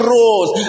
rose